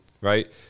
right